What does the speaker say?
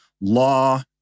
law